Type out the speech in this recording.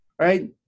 right